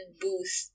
Booth